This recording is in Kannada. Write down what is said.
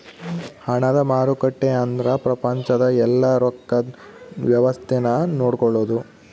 ಹಣದ ಮಾರುಕಟ್ಟೆ ಅಂದ್ರ ಪ್ರಪಂಚದ ಯೆಲ್ಲ ರೊಕ್ಕದ್ ವ್ಯವಸ್ತೆ ನ ನೋಡ್ಕೊಳೋದು